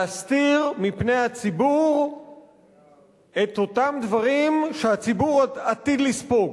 להסתיר מפני הציבור את אותם דברים שהציבור עתיד לספוג.